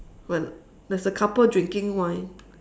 one there's a couple drinking wine